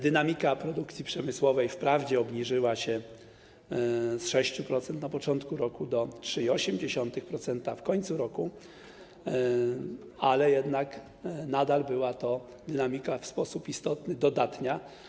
Dynamika produkcji przemysłowej wprawdzie obniżyła się z 6% na początku roku do 3,8% w końcu roku, ale jednak nadal była to dynamika w sposób istotny dodatnia.